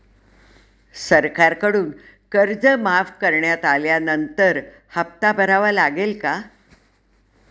सरकारकडून कर्ज माफ करण्यात आल्यानंतर हप्ता भरावा लागेल का?